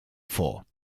fort